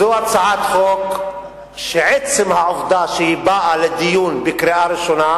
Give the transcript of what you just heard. זו הצעת חוק שעצם העובדה שהיא באה לדיון בקריאה ראשונה